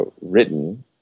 written